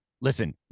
listen